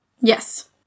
Yes